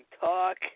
talk